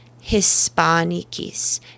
Hispanicis